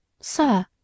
Sir